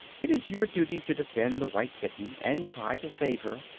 it is your duty to defend the white kitten and try to save her,